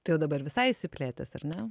tai jau dabar visai išsiplėtęs ar ne